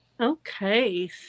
Okay